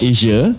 Asia